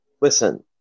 listen